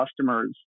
customers